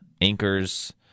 anchors